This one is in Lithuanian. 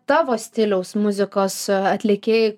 tavo stiliaus muzikos atlikėjai